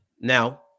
Now